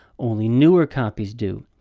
only newer copies do.